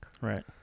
Right